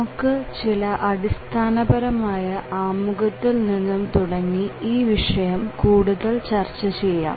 നമുക്ക് ചില അടിസ്ഥാന പരമായ ആമുഖത്തിൽൽ നിന്നും തുടങ്ങി ഈ വിഷയം കൂടുതൽ ചർച്ച ചെയ്യാം